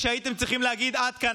שהייתם צריכים להגיד: עד כאן.